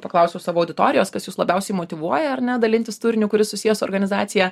paklausiau savo auditorijos kas jus labiausiai motyvuoja ar ne dalintis turiniu kuris susijęs su organizacija